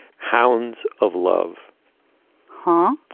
hounds of love ha!